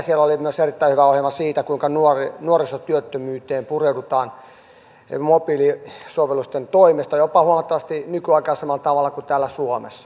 siellä oli myös erittäin hyvä ohjelma siitä kuinka nuorisotyöttömyyteen pureudutaan mobiilisovellusten toimesta jopa huomattavasti nykyaikaisemmalla tavalla kuin täällä suomessa